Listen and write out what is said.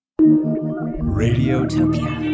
Radiotopia